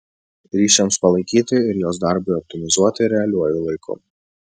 ryšiams palaikyti ir jos darbui optimizuoti realiuoju laiku